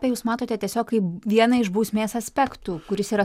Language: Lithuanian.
tai jūs matote tiesiog kaip vieną iš bausmės aspektų kuris yra